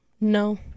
no